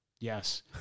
Yes